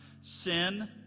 sin